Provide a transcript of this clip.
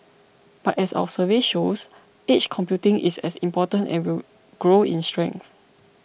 but as our survey shows edge computing is as important and will grow in strength